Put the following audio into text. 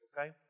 Okay